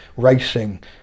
racing